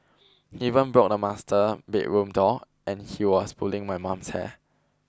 he even broke the master bedroom door and he was pulling my mum's hair